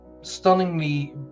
stunningly